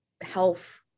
health